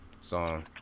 song